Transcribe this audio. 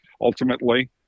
ultimately